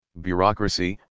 bureaucracy